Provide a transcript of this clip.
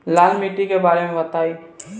लाल माटी के बारे में बताई